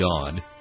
God